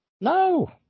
No